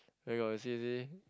where got you see you see